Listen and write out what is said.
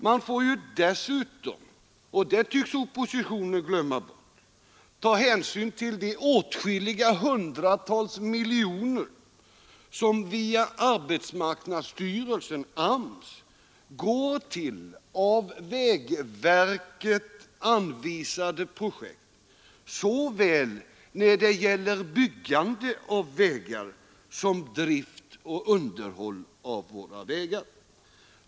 Man får ju dessutom — och det tycks oppositionen glömma bort — ta hänsyn till de hundratals miljoner som via arbetsmarknadsstyrelsen, AMS, går till av vägverket anvisade projekt såväl när det gäller byggande som drift och underhåll av våra vägar.